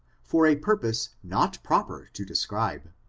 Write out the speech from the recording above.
for a purpose not proper to describe.